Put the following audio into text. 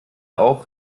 auch